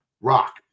rock